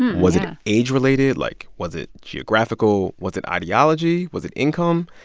was it ah age-related? like, was it geographical? was it ideology? was it income?